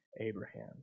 Abraham